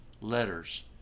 letters